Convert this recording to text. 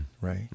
Right